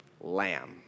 lamb